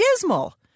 dismal